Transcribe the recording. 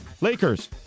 Lakers